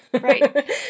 Right